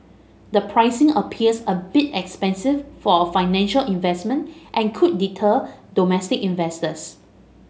the pricing appears a bit expensive for a financial investment and could deter domestic investors